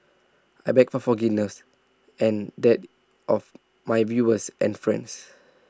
I beg for forgiveness and that of my viewers and friends